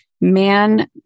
man